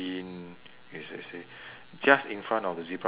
as I said just in front of the zebra crossing